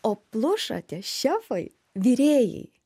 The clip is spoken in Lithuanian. o pluša tie šefai virėjai